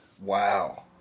Wow